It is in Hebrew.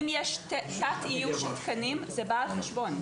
אם יש תת איוש של תקנים זה בא על חשבון.